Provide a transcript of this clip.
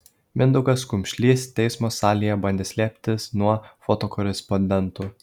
mindaugas kumšlys teismo salėje bandė slėptis nuo fotokorespondentų